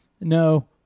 No